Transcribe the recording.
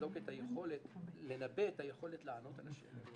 ולבדוק את היכולת לנבא את היכולת לענות על השאלות.